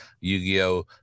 Yu-Gi-Oh